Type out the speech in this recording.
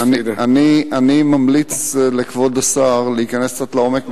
אני ממליץ לכבוד השר להיכנס קצת לעומק,